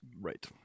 Right